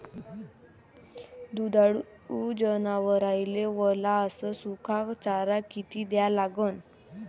दुधाळू जनावराइले वला अस सुका चारा किती द्या लागन?